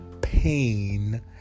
pain